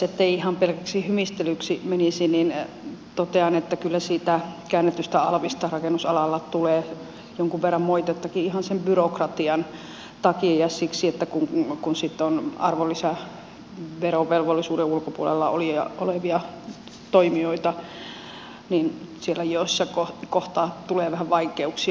ettei ihan pelkäksi hymistelyksi menisi niin totean että kyllä siitä käännetystä alvista rakennusalalla tulee jonkun verran moitettakin ihan sen byrokratian takia ja siksi että kun sitten on arvonlisäverovelvollisuuden ulkopuolella olevia toimijoita niin siellä jossain kohtaa tulee vähän vaikeuksia